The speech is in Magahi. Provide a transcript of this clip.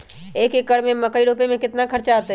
एक एकर में मकई रोपे में कितना खर्च अतै?